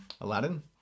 Aladdin